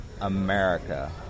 America